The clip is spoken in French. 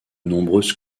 nombreuses